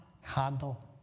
handle